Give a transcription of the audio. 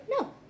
No